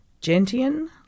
Gentian